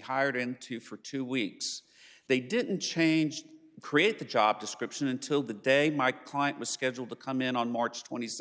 hired into for two weeks they didn't changed create the job description until the day my client was scheduled to come in on march th